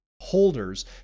holders